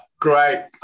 great